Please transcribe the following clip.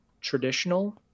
traditional